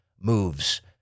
moves